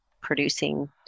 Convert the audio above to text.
producing